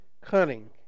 cunning